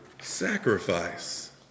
sacrifice